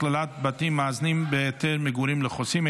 הכללת בתים מאזנים בהיתר מגורים לחוסים),